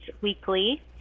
weekly